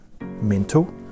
mental